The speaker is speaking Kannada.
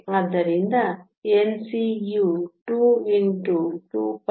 ಆದ್ದರಿಂದ Nc ಯು 2 2πmeikTh232